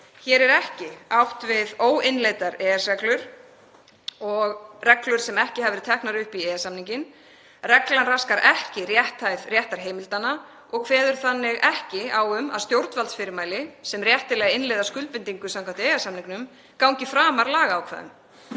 Hér er ekki átt við óinnleiddar EES-reglur eða reglur sem ekki hafa verið teknar upp í EES-samninginn. Reglan raskar ekki rétthæð réttarheimildanna og kveður þannig ekki á um að stjórnvaldsfyrirmæli sem réttilega innleiða skuldbindingu samkvæmt EES-samningnum gangi framar lagaákvæðum.